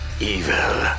evil